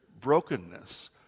brokenness